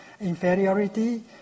inferiority